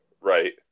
Right